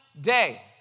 day